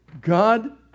God